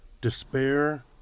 despair